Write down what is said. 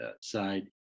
side